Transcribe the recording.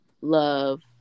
love